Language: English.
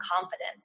confidence